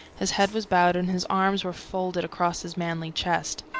his head was bowed, and his arms were folded across his manly chest.